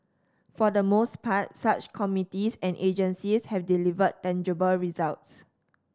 for the most part such committees and agencies have delivered tangible results